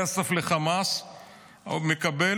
חמאס מקבל